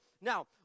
Now